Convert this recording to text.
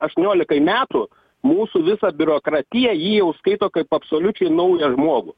aštuoniolikai metų mūsų visa biurokratija jį užskaito kaip absoliučiai naują žmogų